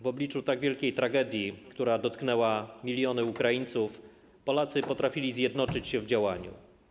W obliczu tak wielkiej tragedii, która dotknęła miliony Ukraińców, Polacy potrafili zjednoczyć się w działaniu.